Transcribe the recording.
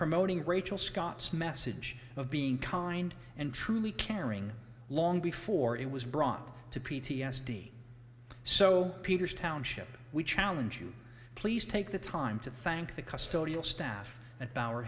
promoting rachel scott's message of being kind and truly caring long before it was brought to p t s d so peters township we challenge you please take the time to thank the custody of staff and power